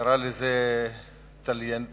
קרא לפקחים תליינים,